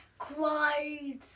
Cried